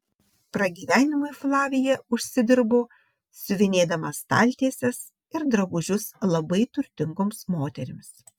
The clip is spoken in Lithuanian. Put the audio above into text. pragyvenimui flavija užsidirbo siuvinėdama staltieses ir drabužius labai turtingoms moterims